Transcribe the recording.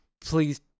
Please